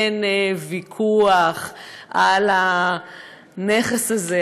אין ויכוח על הנכס הזה,